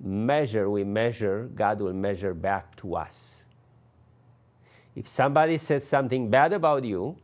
measure we measure god will measure back to us if somebody says something bad about you